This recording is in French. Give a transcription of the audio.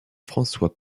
françois